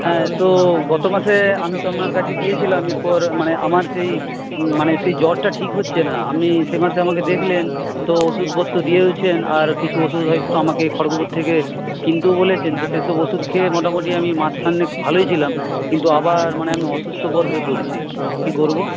হ্যাঁ তো গত মাসে আমি তো আপনার কাছে গিয়েছিলাম এর পর মানে আমার সেই মানে সেই জ্বরটা ঠিক হচ্ছে না আপনি সেই মাসে আমাকে দেখলেন তো ওষুধপত্র দিয়েওছেন আর কিছু ওষুধ হয়ত আমাকে খড়গপুর থেকে কিনতে বলেছেন তো সেই সব ওষুধ খেয়ে মোটামুটি আমি মাসখানেক ভালোই ছিলাম কিন্তু আবার মানে আমি অসুস্থবোধ হয়ে পড়েছি কী করব